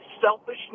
selfishness